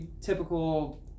typical